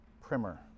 primer